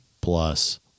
plus